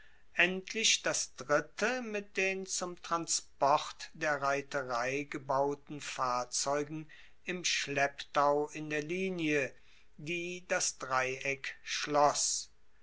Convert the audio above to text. endlich das dritte mit den zum transport der reiterei gebauten fahrzeugen im schlepptau in der linie die das dreieck schloss